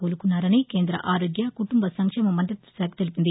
కోలుకున్నారని కేంద్ర ఆరోగ్య కుటుంబ సంక్షేమ మంత్రిత్వ శాఖ తెలిపింది